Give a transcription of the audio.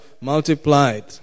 multiplied